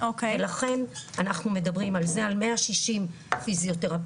ולכן אנחנו מדברים על 160 פיזיותרפיסטים